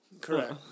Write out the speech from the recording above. Correct